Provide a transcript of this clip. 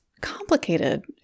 complicated